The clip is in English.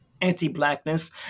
anti-Blackness